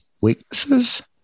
weaknesses